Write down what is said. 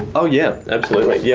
oh yeah, absolutely, yeah